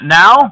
now